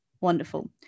Wonderful